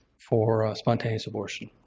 for spontaneous abortion.